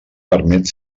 permet